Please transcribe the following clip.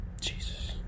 Jesus